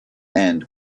end